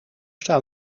staan